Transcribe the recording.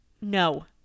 No